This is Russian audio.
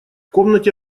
комнате